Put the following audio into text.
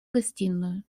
гостиную